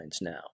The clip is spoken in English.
now